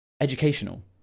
educational